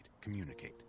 Communicate